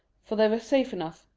for they were safe enough,